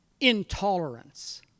intolerance